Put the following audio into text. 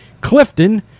Clifton